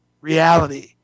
reality